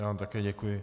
Já vám také děkuji.